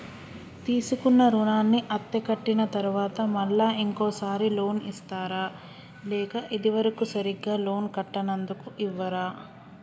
తీసుకున్న రుణాన్ని అత్తే కట్టిన తరువాత మళ్ళా ఇంకో సారి లోన్ ఇస్తారా లేక ఇది వరకు సరిగ్గా లోన్ కట్టనందుకు ఇవ్వరా?